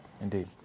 Indeed